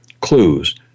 clues